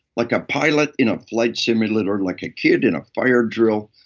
like a pilot in a flight simulator, like a kid in a fire drill,